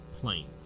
planes